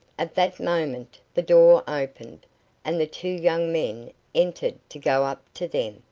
at that moment the door opened and the two young men entered to go up to them,